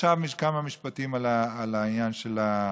ועכשיו כמה משפטים על העניין של המרכולים,